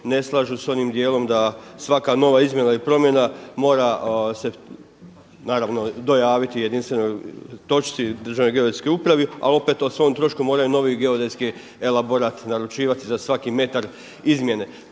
ne slažu s onim dijelom da svaka nova izmjena i promjena mora dojaviti jedinstvenoj točci Državnoj geodetskoj upravi, ali opet o svom trošku moraju novi geodetski elaborat naručivat za svaki metar izmjene.